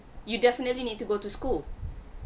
you definitely need to go to school